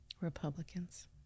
republicans